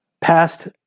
past